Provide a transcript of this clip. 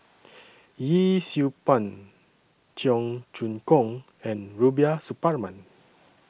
Yee Siew Pun Cheong Choong Kong and Rubiah Suparman